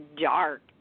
dark